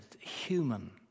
human